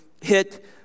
hit